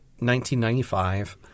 1995